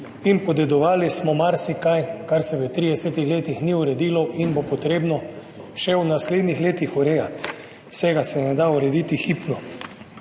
in podedovali smo marsikaj, kar se v 30 letih ni uredilo in bo treba urejati še v naslednjih letih. Vsega se ne da urediti hipno.